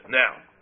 now